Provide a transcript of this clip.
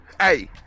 Hey